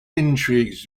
intrigues